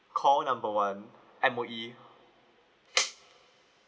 call number one M_O_E